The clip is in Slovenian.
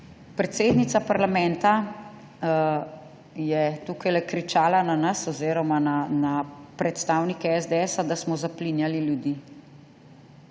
Predsednica parlamenta je tukajle kričala na nas oziroma na predstavnike SDS, da smo zaplinjali ljudi.